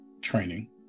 training